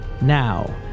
Now